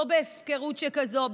לא בהפקרות שכזו,